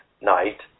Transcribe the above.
night